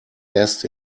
erst